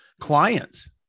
clients